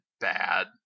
bad